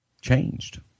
changed